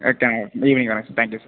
evening வரேன் sir thank you sir